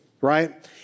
Right